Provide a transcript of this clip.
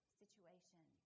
situation